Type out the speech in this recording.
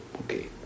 okay